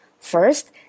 First